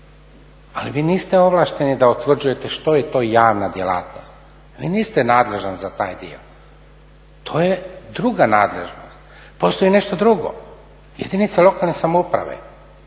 ali vi niste ovlašteni da utvrđujete što je to javna djelatnost, vi niste nadležan za taj dio. To je druga nadležnost. Postoji nešto drugo. Jedinice lokalne samouprave,